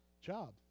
job